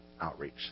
outreach